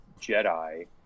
Jedi